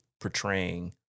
portraying